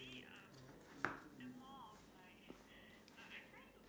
or like hot water let it let it stay there for until like